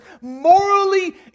morally